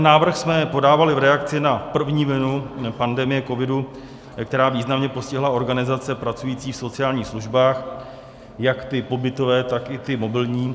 Návrh jsme podávali v reakci na první vlnu pandemie covidu, která významně postihla organizace pracující v sociálních službách, jak ty pobytové, tak i ty mobilní.